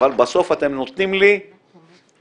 אבל בסוף אתם נותנים לי נוסחה.